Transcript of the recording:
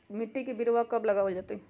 मिट्टी में बिरवा कब लगवल जयतई?